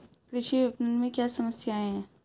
कृषि विपणन में क्या समस्याएँ हैं?